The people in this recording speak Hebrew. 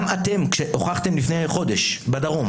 גם אתם הוכחתם לפני חודש בדרום,